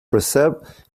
preserved